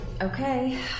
Okay